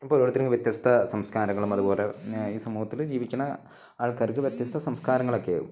ഇപ്പോള് ഓരോരുത്തര്ക്കും വ്യത്യസ്ത സംസ്കാരങ്ങളും അതുപോലെ ഈ സമൂഹത്തില് ജീവിക്കുന്ന ആൾക്കാർക്ക് വ്യത്യസ്ത സംസ്കാരങ്ങളുമൊക്കെയാകും